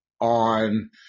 on